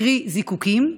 קרי זיקוקים,